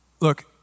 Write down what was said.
Look